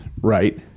right